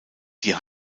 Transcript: die